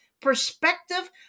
perspective